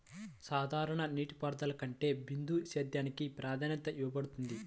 సాధారణ నీటిపారుదల కంటే బిందు సేద్యానికి ప్రాధాన్యత ఇవ్వబడుతుంది